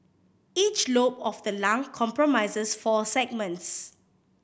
each lobe of the lung comprises four segments